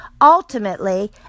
Ultimately